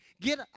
get